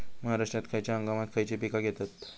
महाराष्ट्रात खयच्या हंगामांत खयची पीका घेतत?